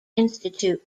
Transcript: institute